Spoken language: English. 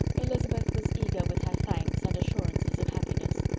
elizabeth was eager with her thanks and assurances of happiness.